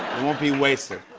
won't be wasted.